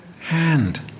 hand